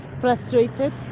frustrated